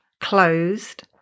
closed